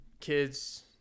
kids